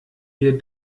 wir